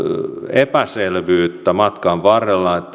epäselvyyttä matkan varrella